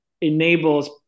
enables